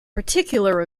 particular